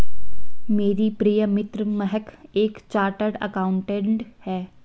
मेरी प्रिय मित्र महक एक चार्टर्ड अकाउंटेंट है